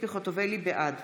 בעד